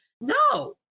No